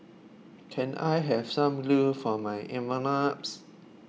can I have some glue for my